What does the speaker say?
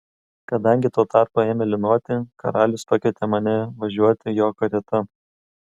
kadangi tuo tarpu ėmė lynoti karalius pakvietė mane važiuoti jo karieta